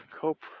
Cope